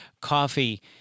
coffee